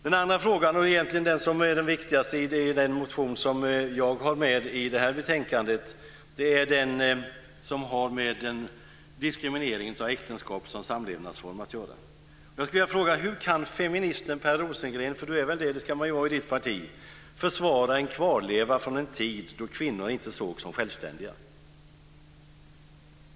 Den andra frågan, som egentligen är den viktigaste i den av mina motioner som behandlas i detta betänkande, är den som har att göra med diskriminering av äktenskap som samlevnadsform. Jag skulle vilja fråga: Hur kan feministen Per Rosengren - han är väl feminist; det ska man ju vara i hans parti - försvara en kvarleva från en tid då kvinnor inte sågs som självständiga?